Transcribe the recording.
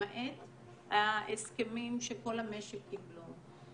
למעט ההסכמים שכל המשק קיבלו.